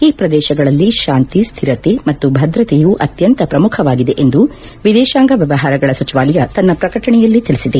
ಈ ಪ್ರದೇಶದಲ್ಲಿ ಶಾಂತಿ ಸ್ಹಿರತೆ ಮತ್ತು ಭದ್ರತೆಯು ಅತ್ಯಂತ ಪ್ರಮುಖವಾಗಿದೆ ಎಂದು ವಿದೇತಾಂಗ ವ್ವವಹಾರಗಳ ಸಚಿವಾಲಯ ತನ್ನ ಪ್ರಕಟಣೆಯಲ್ಲಿ ತಿಳಿಸಿದೆ